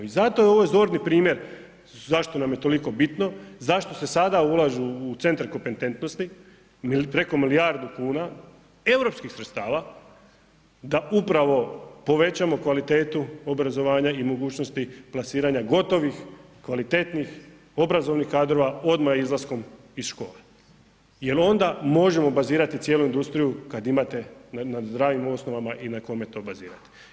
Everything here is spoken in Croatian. I zato je ovo zorni primjer zašto nam je toliko bitno, zašto se sada ulažu u centar kompetentnosti preko milijardu kuna europskih sredstava, da upravo povećamo kvalitetu obrazovanja i mogućnosti plasiranja gotovih, kvalitetnih, obrazovnih kadrova odmah izlaskom iz škole, jer onda možemo bazirati cijelu industriju kad imate na zdravim osnovama i na kome to bazirati.